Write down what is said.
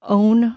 own